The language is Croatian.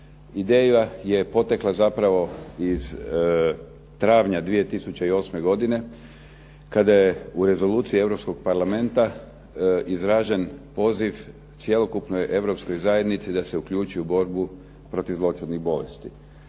Ideja je potekla zapravo iz travnja 2008. godine kada je u Rezoluciji Europskog parlamenta izražen poziv cjelokupnoj Europskoj zajednici da se uključi u borbu protiv zloćudnih bolesti.